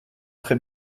très